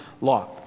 law